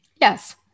yes